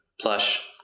plush